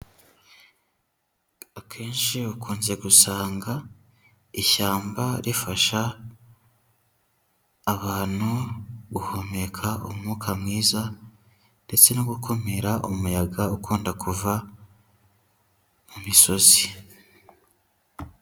Akenshi ukunze gusanga ishyamba rifasha abantu guhumeka umwuka mwiza ndetse no gukumira umuyaga ukunda kuva mu misozi.